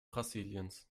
brasiliens